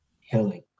healing